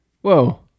Whoa